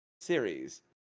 series